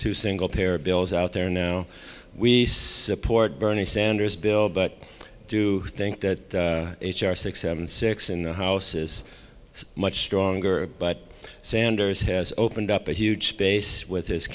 to single payer bills out there now we support bernie sanders bill but i do think that h r six seven six in the house is much stronger but sanders has opened up a huge space with his